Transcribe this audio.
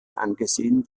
angesehen